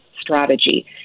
strategy